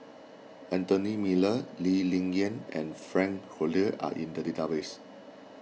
Anthony Miller Lee Ling Yen and Frank Cloutier are in the database